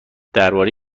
درباره